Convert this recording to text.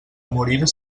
morir